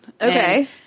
Okay